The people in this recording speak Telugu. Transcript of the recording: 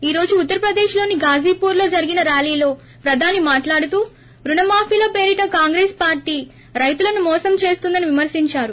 ఈ రోజు ఉత్తర ప్రదేశ్లోని ఘోజీపూర్లో జరిగిన ఒక ర్యాలీలో ప్రధాని మాట్లాడుతూ రుణమాఫీల పేరిట కాంగ్రెస్ పార్లీ రైతులను మోసం చేస్తోందని విమర్పించారు